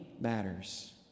matters